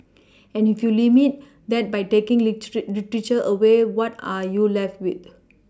and if you limit that by taking away what are you left with